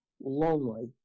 lonely